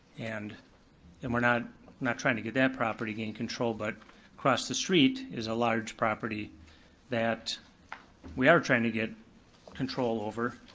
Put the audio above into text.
and and we're not not trying to get that property gain control, but across the street is a large property that we are trying to get control over,